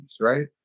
right